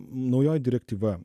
naujoji direktyva